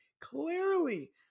Clearly